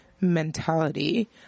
mentality